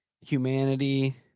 humanity